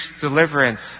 deliverance